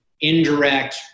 indirect